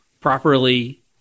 properly